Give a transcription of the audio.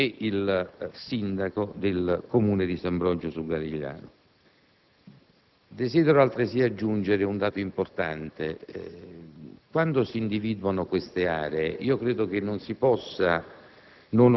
e il sindaco del Comune di Sant'Ambrogio sul Garigliano. Desidero, altresì, aggiungere un dato importante: quando si individuano queste aree, credo non si possa